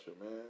man